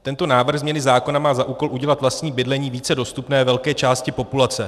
Tento návrh změny zákona má za úkol udělat vlastní bydlení více dostupným velké části populace.